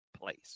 place